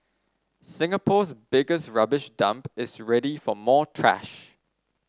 Singapore's biggest rubbish dump is ready for more trash